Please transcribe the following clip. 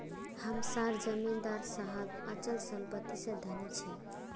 हम सार जमीदार साहब अचल संपत्ति से धनी छे